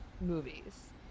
movies